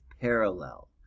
Parallel